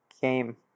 game